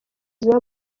ziba